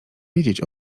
wiedzieć